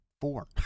four